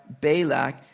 Balak